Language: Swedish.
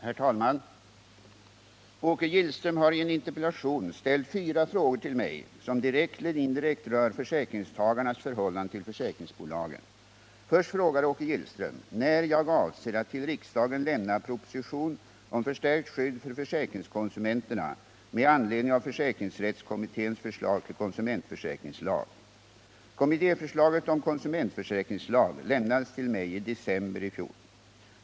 Herr talman! Åke Gillström har i en interpellation ställt fyra frågor till mig som direkt eller indirekt rör försäkringstagarnas förhållande till försäkrings Först frågar Åke Gillström när jag avser att till riksdagen lämna proposition om förstärkt skydd för försäkringskonsumenterna med anledning av försäkringsrättskommitténs förslag till konsumentförsäkringslag. Kommittéförslaget om konsumentförsäkringslag lämnades till mig i december i fjor.